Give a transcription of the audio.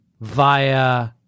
via